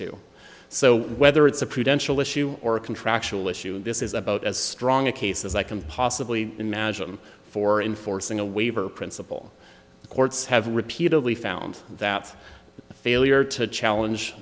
too so whether it's a prudential issue or a contractual issue this is about as strong a case as i can possibly imagine for enforcing a waiver principle the courts have repeatedly found that the failure to challenge